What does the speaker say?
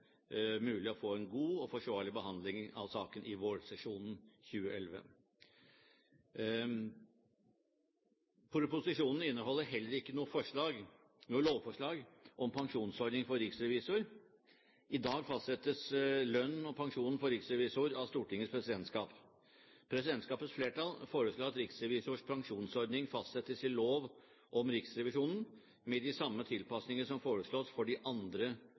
mulig å få en god og forsvarlig behandling av saken i vårsesjonen 2011. Proposisjonen inneholder heller ikke noe lovforslag om pensjonsordning for riksrevisor. I dag fastsettes lønn og pensjon for riksrevisor av Stortingets presidentskap. Presidentskapets flertall foreslår at riksrevisors pensjonsordning fastsettes i lov om Riksrevisjonen, med de samme tilpasninger som foreslås for de andre